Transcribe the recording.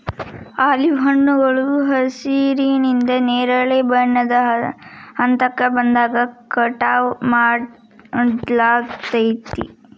olive ಹಣ್ಣುಗಳು ಹಸಿರಿನಿಂದ ನೇರಳೆ ಬಣ್ಣದ ಹಂತಕ್ಕ ಬಂದಾಗ ಕಟಾವ್ ಮಾಡ್ಲಾಗ್ತೇತಿ